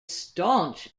staunch